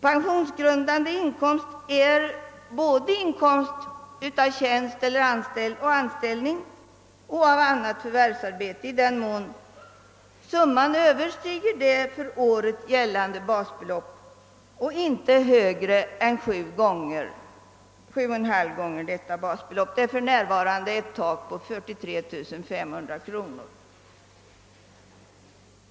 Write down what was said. Pensionsgrundande inkomst är både inkomst av tjänst och anställning och av annat förvärvärvsarbete i den mån summan överstiger det för året gällande basbeloppet och inte är högre än 7,5 gånger detta basbelopp. För närvarande innebär detta ett tak på 43 500 kronor.